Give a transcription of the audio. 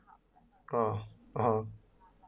uh uh